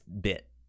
bit